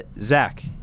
Zach